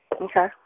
Okay